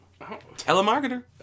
telemarketer